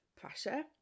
pressure